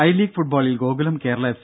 I league ഫുട്ബോളിൽ Gokulam Kerala F